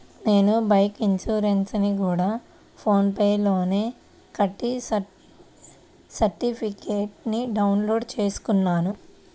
నేను బైకు ఇన్సురెన్సుని గూడా ఫోన్ పే లోనే కట్టి సర్టిఫికేట్టుని డౌన్ లోడు చేసుకున్నాను